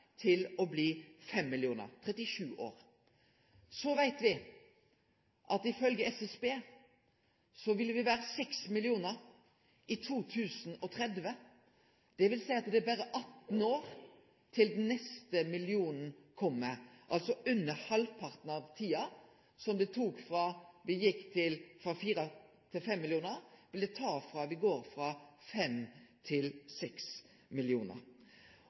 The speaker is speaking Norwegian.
til me blei 5 millionar – 37 år. Så veit me at ifølgje SSB vil me vere 6 millionar i 2030. Det vil seie at det berre er 18 år til den neste millionen kjem. Det vil ta under halvparten av den tida som det tok frå me gjekk frå 4 millionar til 5 millionar, å gå frå